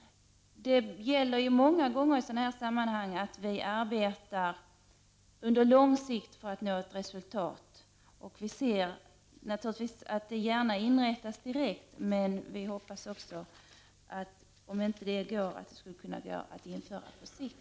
Det gäller många gånger i sådana här sammanhang att arbeta på lång sikt för att nå resultat. Vi ser naturligtvis gärna att det inrättas direkt, men om det inte går hoppas vi att det kan göras på sikt.